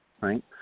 right